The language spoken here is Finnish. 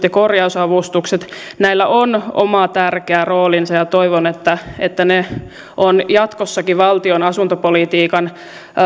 ja korjausavustuksilla on oma tärkeä roolinsa ja toivon että että ne ovat jatkossakin valtion asuntopolitiikan